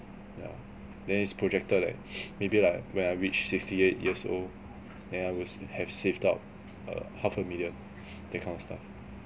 yeah then is projected like maybe like when I reach sixty eight years old then I would have saved up err half a million that kind of stuff